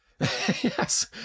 yes